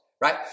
right